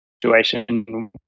Situation